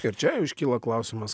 ir čia iškyla klausimas